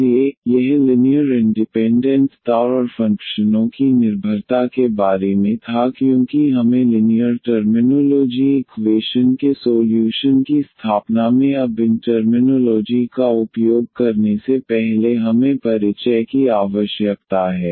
इसलिए यह linear independent ता और फंक्शनों की निर्भरता के बारे में था क्योंकि हमें लिनीयर टर्मिनोलोजी इक्वेशन के सोल्यूशन की स्थापना में अब इन टर्मिनोलॉजी का उपयोग करने से पहले हमें परिचय की आवश्यकता है